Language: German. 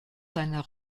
seiner